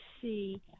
see